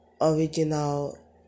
Original